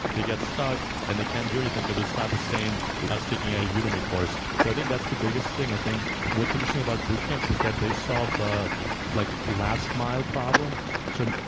they get stuck and they can't do anything because it's not the same as taking a yeah udemy course. so i think that's the biggest thing. i think what's interesting about boot camps is that they solve the like last mile problem. so,